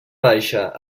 baixa